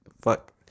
fuck